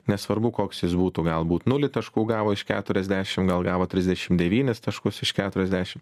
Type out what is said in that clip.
nesvarbu koks jis būtų galbūt nulį taškų gavo iš keturiasdešim gal gavo trisdešim devynis taškus iš keturiasdešim